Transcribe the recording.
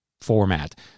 format